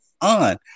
on